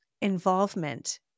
involvement